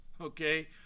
okay